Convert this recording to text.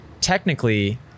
technically